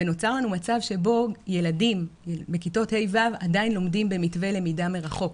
ונוצר לנו מצב שבו ילדים בכיתות ה'-ו' עדיין לומדים במתווה למידה מרחוק,